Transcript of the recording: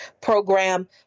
program